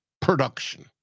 production